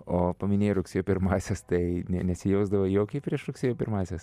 o paminėjai rugsėjo pirmąsias tai ne nesijausdavai jaukiai prieš rugsėjo pirmąsias